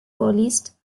vorliest